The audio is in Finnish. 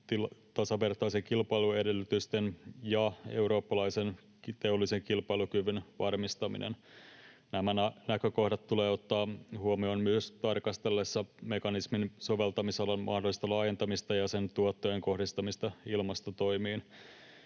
tasavertaisen kilpailuedellytysten ja eurooppalaisen teollisen kilpailukyvyn varmistaminen. Nämä näkökohdat tulee ottaa huomioon myös tarkastellessa mekanismin soveltamisalan mahdollista laajentamista ja sen tuottojen kohdistamista ilmastotoimiin.